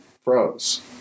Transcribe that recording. froze